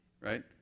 Right